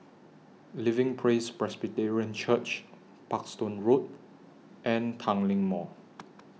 Living Praise Presbyterian Church Parkstone Road and Tanglin Mall